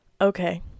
Okay